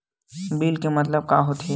Bill के मतलब का होथे?